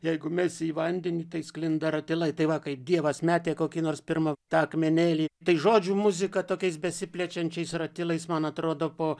jeigu mesi į vandenį tai sklinda ratilai tai va kai dievas metė kokį nors pirmą tą akmenėlį tai žodžių muzika tokiais besiplečiančiais ratilais man atrodo po